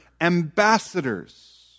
ambassadors